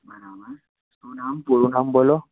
બરાબર શું નામ પુરૂં નામ બોલો